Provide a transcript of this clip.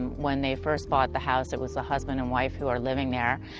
when they first bought the house, it was the husband and wife who were living there.